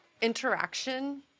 interaction